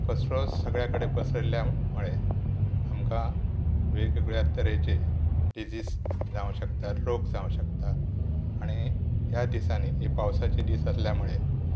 कचरो सगळ्या कडेन पसरयल्या मुळे आमकां वेगवेगळ्या तरेचे डिजीज जावं शकता रोग जावं शकता आनी ह्या दिसांनी हे पावसाचे दीस आसल्या मुळे